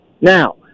Now